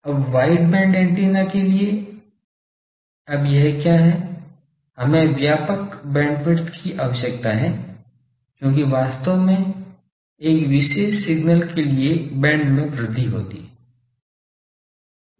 अब wide band antenna के लिए अब यह क्या है हमें व्यापक बैंडविड्थ की आवश्यकता है क्योंकि वास्तव में एक विशेष सिग्नल के लिए बैंड में वृद्धि होती है